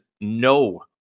no